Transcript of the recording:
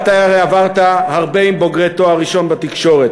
אתה הרי עברת הרבה עם בוגרי תואר ראשון בתקשורת.